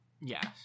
yes